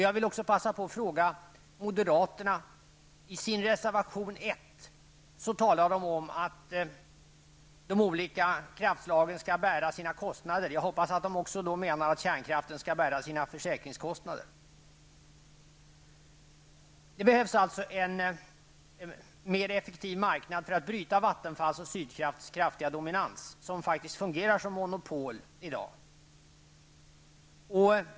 Jag vill också passa på att fråga moderaterna som i sin reservation 1 talar om att de olika kraftslagen skall bära sina kostnader. Jag hoppas att de även menar att kärnkraften skall bära sina försäkringskostnader. Det behövs alltså en mer effektiv marknad för att bryta Vattenfalls och Sydkrafts kraftiga dominans som faktiskt fungerar som monopol i dag.